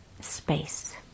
space